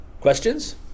Questions